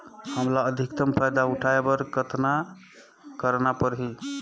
हमला अधिकतम फायदा उठाय बर कतना करना परही?